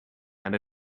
and